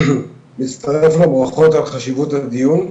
מצטרף לברכות על חשיבות הדיון,